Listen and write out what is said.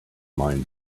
mind